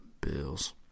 bills